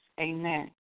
amen